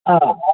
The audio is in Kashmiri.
آ